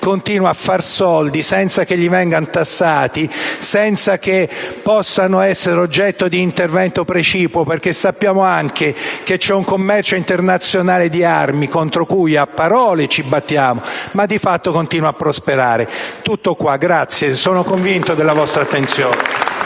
continua a far soldi senza che gli vengano tassati, senza che possano essere oggetto di un intervento precipuo. Sappiamo infatti che c'è un commercio internazionale di armi contro cui a parole ci battiamo, ma che di fatto continua a prosperare. Vi ringrazio, sono convinto della vostra attenzione.